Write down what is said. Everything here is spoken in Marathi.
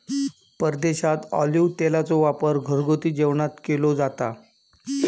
परदेशात ऑलिव्ह तेलाचो वापर घरगुती जेवणात केलो जाता